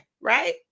right